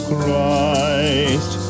Christ